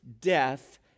death